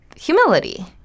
humility